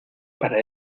para